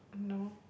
no